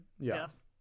yes